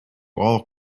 all